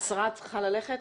השרה, את צריכה ללכת.